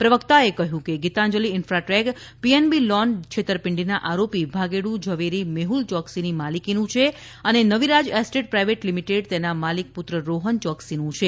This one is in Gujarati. પ્રવક્તાએ કહ્યું કે ગીતાંજલિ ઈન્ફાટેક પીએનબી લોન છેતરપિંડીના આરોપી ભાગેડુ ઝવેરી મેહલ ચોક્સીની માલિકીનું છે અને નવીરાજ એસ્ટેટ પ્રાઈવેટ લિમિટેડ તેના માલિક પુત્ર રોહન ચોક્સીની છે